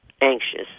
anxious